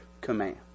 command